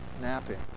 napping